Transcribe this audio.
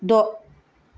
द'